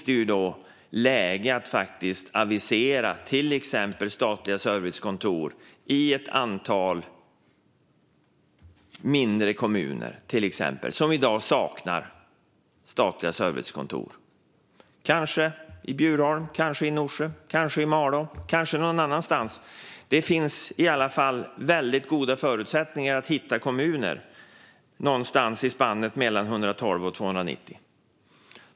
Det är läge att avisera att man till exempel ska placera statliga servicekontor i ett antal mindre kommuner som i dag saknar statliga servicekontor. De kan kanske placeras i Bjurholm, i Norsjö, i Malå eller någon annanstans. Det finns i varje fall väldigt goda förutsättningar att hitta kommuner någonstans i spannet 112-290.